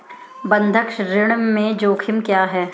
बंधक ऋण के जोखिम क्या हैं?